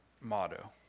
motto